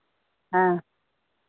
हाँ